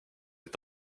est